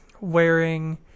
wearing